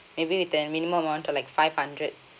maybe with the minimum amount like five hundred